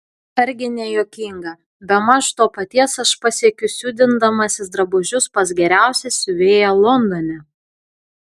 argi ne juokinga bemaž to paties aš pasiekiu siūdindamasis drabužius pas geriausią siuvėją londone